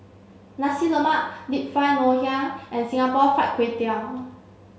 Nasi Lemak Deep Fried Ngoh Hiang and Singapore Fried Kway Tiao